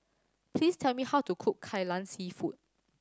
please tell me how to cook Kai Lan Seafood